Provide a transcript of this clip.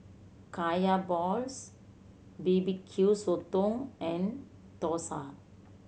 Kaya balls B B Q Sotong and dosa